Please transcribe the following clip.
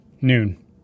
noon